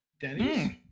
Denny's